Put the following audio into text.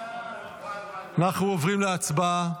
אנחנו עוברים להצבעה.